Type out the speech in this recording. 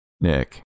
Nick